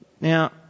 Now